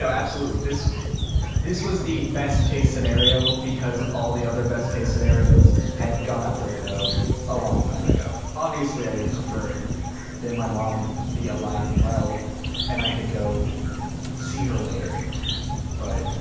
so absolutely. this this was the best case scenario because all the other best case scenarios had gone out the window a long time ago. obviously i would prefer that my mom be alive and well and i could go see her later but